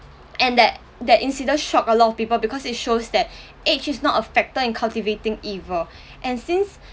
and that that incident shock a lot of people because it shows that age is not a factor in cultivating evil and since